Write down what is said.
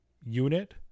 unit